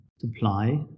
supply